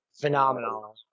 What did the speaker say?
Phenomenal